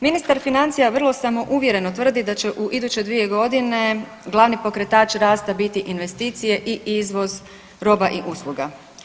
Ministar financija vrlo samouvjereno tvrdi da će u iduće dvije godine glavni pokretač rasta biti investicije i izvoz roba i usluga.